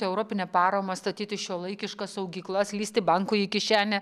europinę paramą statyti šiuolaikiškas saugyklas lįsti bankui į kišenę